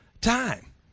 time